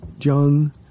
Jung